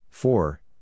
Four